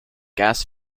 gas